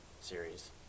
series